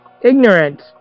Ignorant